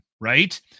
right